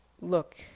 look